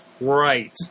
Right